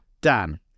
Dan